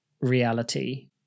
reality